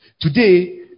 Today